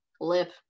Lip